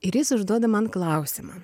ir jis užduoda man klausimą